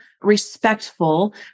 respectful